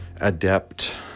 adept